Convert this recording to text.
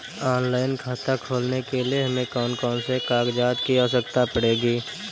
Online खाता खोलने के लिए हमें कौन कौन से कागजात की आवश्यकता पड़ेगी?